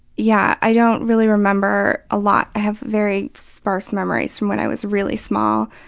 yeah i don't really remember a lot. i have very sparse memories from when i was really small.